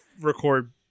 record